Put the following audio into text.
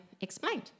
explained